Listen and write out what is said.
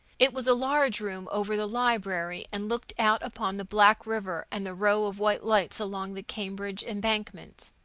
it was a large room over the library, and looked out upon the black river and the row of white lights along the cambridge embankment.